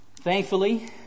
Thankfully